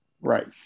Right